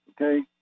okay